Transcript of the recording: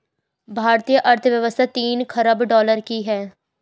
भारतीय अर्थव्यवस्था तीन ख़रब डॉलर की है